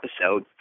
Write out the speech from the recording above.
episode